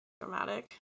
dramatic